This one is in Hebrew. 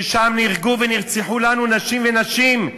ששם נהרגו ונרצחו לנו אנשים ונשים,